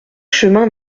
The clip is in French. chemin